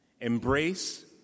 Embrace